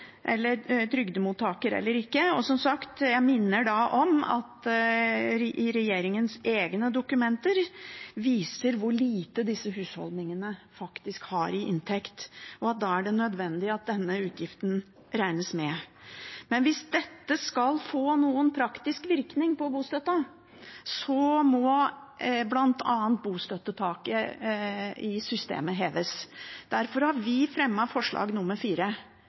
eller en er trygdemottaker eller ikke. Som sagt minner jeg om at regjeringens egne dokumenter viser hvor lite disse husholdningene faktisk har i inntekt, og at det da er nødvendig at denne utgiften regnes med. Men hvis dette skal få noen praktisk virkning for bostøtten, må bl.a. bostøttetaket i systemet heves. Derfor har vi fremmet et forslag,